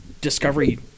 Discovery